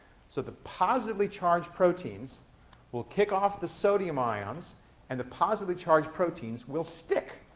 so the positively charged proteins will kick off the sodium ions and the positively charged proteins will stick,